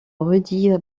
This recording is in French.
rudy